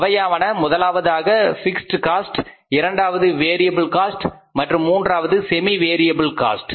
அவையாவன முதலாவதாக fixed cost இரண்டாவதாக வேறியபிள் காஸ்ட் மற்றும் மூன்றாவதாக செமி வேறியபிள் காஸ்ட்